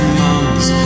mums